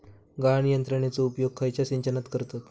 गाळण यंत्रनेचो उपयोग खयच्या सिंचनात करतत?